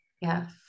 Yes